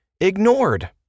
ignored